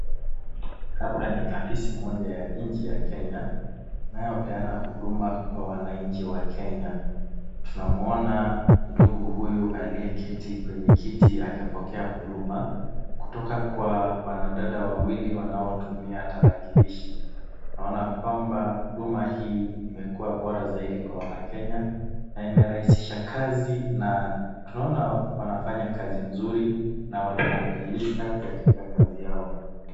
Hapa ni afisi moja ya nchi ya Kenya inayo peana huduma kwa wananchi wa Kenya. Tunamuona ndugu huyu aliyeketi kwenye kiti akipokea huduma kutoka kwa wanadada wawili wanaotumia tarakilishi. Tunaona kwamba huduma hii imekuwa bora zaidi kwa wanakenya na imerahisisha kazi na tunaona wanafanya kazi mzuri na wanaadimika katika kazi yao.